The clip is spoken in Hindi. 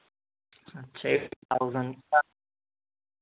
अच्छा एट थाउजैंड तक